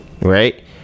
right